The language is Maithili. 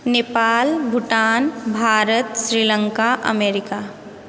नेपाल भूटान भारत श्रीलङ्का अमेरिका